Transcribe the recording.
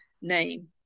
name